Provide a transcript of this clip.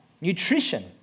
nutrition